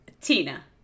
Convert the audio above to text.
Tina